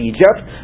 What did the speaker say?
Egypt